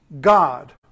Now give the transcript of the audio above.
God